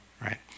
right